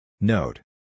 Note